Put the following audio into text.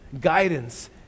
guidance